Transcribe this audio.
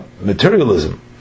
materialism